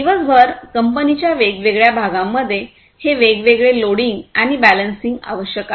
दिवसभर कंपनीच्या वेगवेगळ्या भागांमध्ये हे वेगवेगळे लोडिंग आणि बॅलन्सिंग आवश्यक आहे